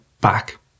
back